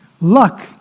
luck